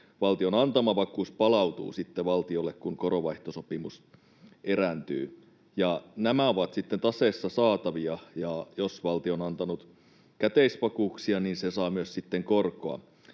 valtion antama vakuus palautuu sitten valtiolle, kun koronvaihtosopimus erääntyy, ja nämä ovat sitten taseessa saatavia, ja jos valtio on antanut käteisvakuuksia, niin se saa myös sitten